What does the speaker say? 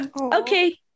Okay